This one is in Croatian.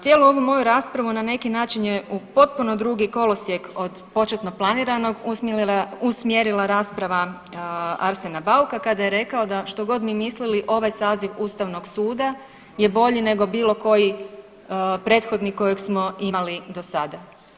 Cijelu ovu moju raspravu na neki način je potpuno drugi kolosijek od početno planiranog usmjerila rasprava Arsena Bauka kada je rekao da što god mi mislili ovaj saziv Ustavnog suda je bolji nego bilo koji prethodni koji smo imali dosada.